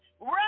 Run